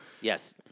Yes